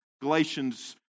Galatians